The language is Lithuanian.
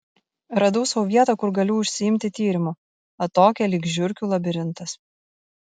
radau sau vietą kur galiu užsiimti tyrimu atokią lyg žiurkių labirintas